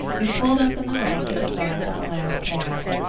we pulled up in the rank at the back of the last cab.